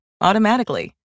automatically